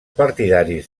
partidaris